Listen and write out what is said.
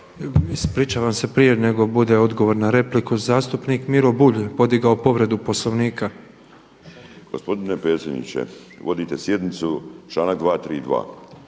Ispričavam se, prije nego bude odgovor na repliku, zastupnik Miro Bulj je podigao povredu Poslovnika. **Bulj, Miro (MOST)** Gospodine predsjedniče, vodite sjednicu, članak 232.,